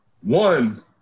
one